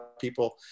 people